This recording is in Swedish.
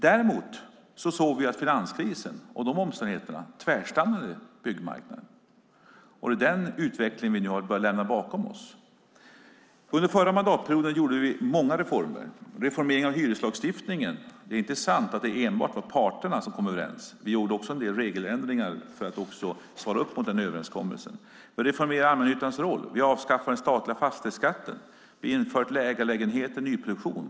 Däremot såg vi att under finanskrisen och dess omständigheter tvärstannade byggmarknaden. Det är denna utveckling vi nu har börjat lämna bakom oss. Under förra mandatperioden gjorde vi många reformer. När det gäller reformeringen av hyreslagstiftningen är det inte sant att det enbart var parterna som kom överens. Vi gjorde också en del regeländringar för att svara upp mot överenskommelsen. Vi reformerade allmännyttans roll. Vi avskaffade den statliga fastighetsskatten. Vi införde ägarlägenheter i nyproduktion.